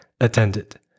attended